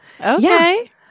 Okay